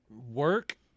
Work